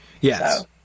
Yes